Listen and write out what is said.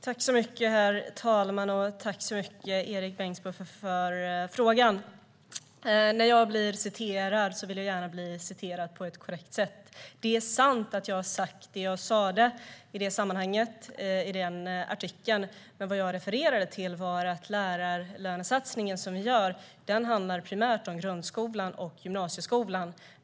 Herr talman! Tack, Erik Bengtzboe, för frågan! När jag blir citerad vill jag gärna bli citerad på ett korrekt sätt. Det är sant att jag har sagt det jag sa i det sammanhanget, i den artikeln. Men vad jag refererade till var att den lärarlönesatsning som vi gör primärt handlar om grundskolan och gymnasieskolan.